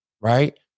right